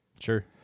Sure